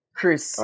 Chris